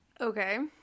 Okay